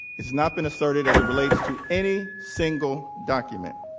is not been asserted as relates to any single document